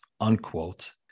unquote